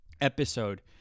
episode